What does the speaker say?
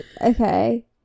Okay